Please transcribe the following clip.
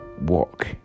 walk